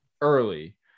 early